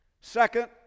Second